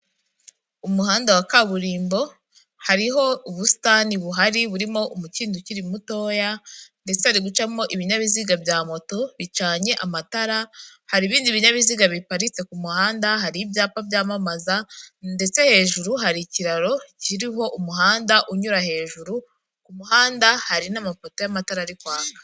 Umuhanda wa kaburimbo hariho ubusitani buhari burimo umukindo ukiri mutoya ndetse hari gucamo ibinyabiziga bya moto bicanye amatara, hari ibindi binyabiziga biparitse ku muhanda, hari ibyapa byamamaza ndetse hejuru hari ikiraro kiriho umuhanda unyura hejuru ku muhanda, hari n'amapoto y'amatara arikwaka.